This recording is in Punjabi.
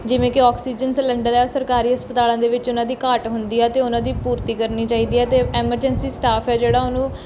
ਜਿਵੇਂ ਕਿ ਔਕਸੀਜਨ ਸਿਲੰਡਰ ਹੈ ਸਰਕਾਰੀ ਹਸਪਤਾਲਾਂ ਦੇ ਵਿੱਚ ਉਹਨਾਂ ਦੀ ਘਾਟ ਹੁੰਦੀ ਆ ਅਤੇ ਉਹਨਾਂ ਦੀ ਪੂਰਤੀ ਕਰਨੀ ਚਾਹੀਦੀ ਹੈ ਅਤੇ ਐਮਰਜੈਂਸੀ ਸਟਾਫ ਹੈ ਜਿਹੜਾ ਉਹਨੂੰ